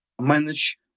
manage